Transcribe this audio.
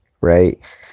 right